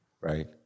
right